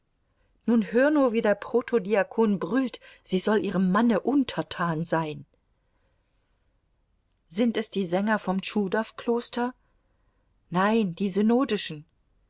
nun hör nur wie der protodiakon brüllt sie soll ihrem manne untertan sein sind es die sänger vom tschudow kloster nein die